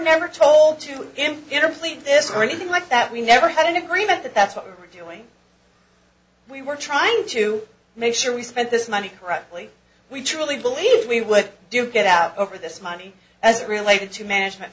never told to end it or plead this or anything like that we never had an agreement that that's what we were doing we were trying to make sure we spent this money correctly we truly believed we would do get out over this money as it related to management